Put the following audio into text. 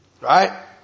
Right